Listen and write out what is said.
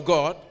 God